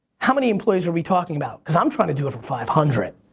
how many employees are we talking about? cause i'm trying to do it for five hundred.